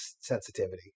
sensitivity